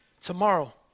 tomorrow